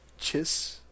chiss